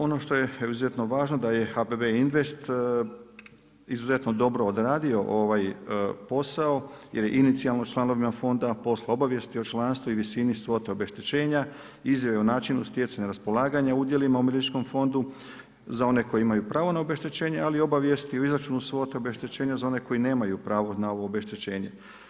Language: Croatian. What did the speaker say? Ono što je izuzetno važno da je HPB Invest izuzetno dobro odradio ovaj posao, jer je inicijalno članovima Fonda posla obavijesti o članstvu i visini svote obeštećenja, izjave o načinu stjecanja i raspolaganja udjelima u Umirovljeničkom fondu za one koji imaju pravo na obeštećenje, ali i obavijesti u izračunu svote obeštećenja za one koji nemaju pravo na obeštećenje.